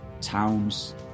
towns